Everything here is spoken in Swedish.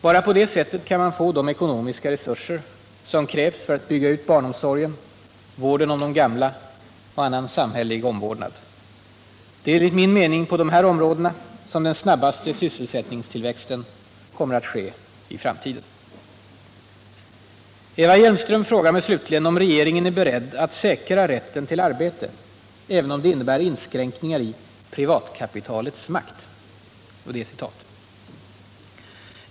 Bara på det sättet kan man få de ekonomiska resurser som krävs för att bygga ut barnomsorgen, vården om de gamla och annan samhällelig omvårdnad. Det är enligt min mening på dessa områden som den snabbaste sysselsättningstillväxten kommer att ske i framtiden. Eva Hjelmström frågar mig slutligen om regeringen är beredd att säkra rätten till arbete även om det innebär inskränkningar i ”privatkapitalets makt”.